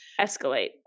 escalate